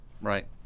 Right